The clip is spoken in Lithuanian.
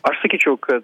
aš sakyčiau kad